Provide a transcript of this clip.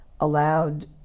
allowed